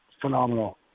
phenomenal